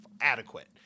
adequate